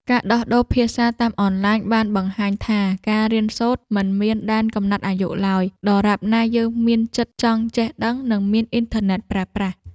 ការដោះដូរភាសាតាមអនឡាញបានបង្ហាញថា ការរៀនសូត្រមិនមានដែនកំណត់អាយុឡើយ ដរាបណាយើងមានចិត្តចង់ចេះដឹង និងមានអ៊ីនធឺណិតប្រើប្រាស់។